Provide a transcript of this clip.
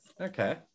Okay